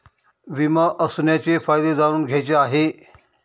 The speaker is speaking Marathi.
विमा असण्याचे फायदे जाणून घ्यायचे आहे